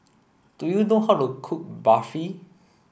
do you know how to cook Barfi